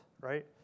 right